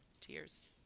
tears